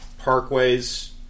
Parkways